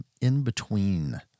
in-between